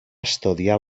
estudiar